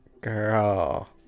Girl